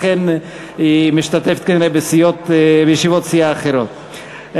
לכן היא משתתפת כנראה בישיבות סיעה אחרות.